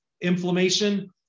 inflammation